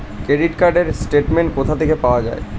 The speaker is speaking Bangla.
ক্রেডিট কার্ড র স্টেটমেন্ট কোথা থেকে পাওয়া যাবে?